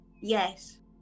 Yes